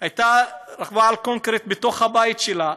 רכבה על קורקינט בתוך הבית שלה,